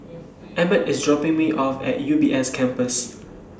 Emett IS dropping Me off At U B S Campus